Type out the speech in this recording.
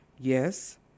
Yes